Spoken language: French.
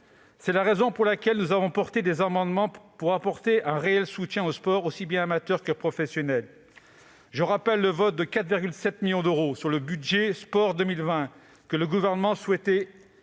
C'est la raison pour laquelle nous présenterons des amendements visant à apporter un réel soutien au sport, aussi bien amateur que professionnel. Je me permets de rappeler le vote de 4,7 millions d'euros sur le budget sport pour 2020, que le Gouvernement souhaitait